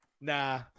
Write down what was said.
nah